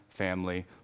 family